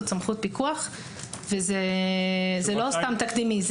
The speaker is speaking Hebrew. זאת סמכות פיקוח וזה לא סתם תקדימי.